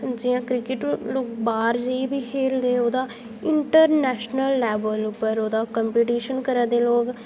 जि'यां किक्रेट लोक बाह्र जाइयै खेढदे इंटरनैशनल लैबल पर ओह्दा कॉम्पीटिशन करा दे लोक